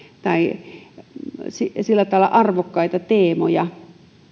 tai sillä tavalla arvokkaita teemoja